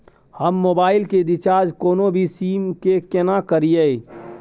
हम मोबाइल के रिचार्ज कोनो भी सीम के केना करिए?